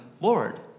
Lord